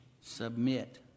Submit